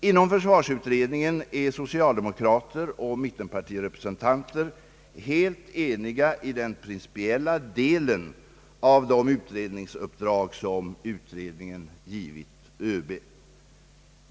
Inom försvarsutredningen är socialdemokrater och mittenpartister eniga i den principiella delen av det utredningsuppdrag som givits ÖB.